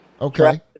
Okay